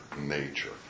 nature